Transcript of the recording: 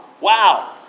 Wow